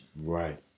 Right